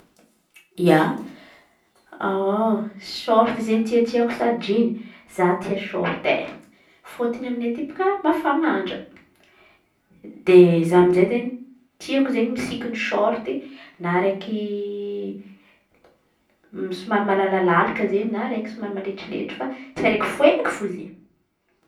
Ia, sorty izen̈y tiàtiako sa jiny, za tia sorty e fôtony aminey aty bôaka mafana andra. De za amy izey izen̈y tiako izen̈y misiky sorta na raiky somary malalaka izen̈y na raiky somary manetrinetry; fa tsy araiky foeky io.